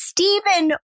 Stephen